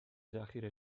ذخیره